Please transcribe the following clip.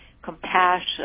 Compassion